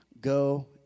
go